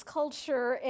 culture